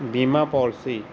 ਬੀਮਾ ਪੋਲਸੀ